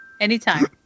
Anytime